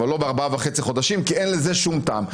אבל לא בארבעה וחצי חודשים כי אין לזה שום טעם.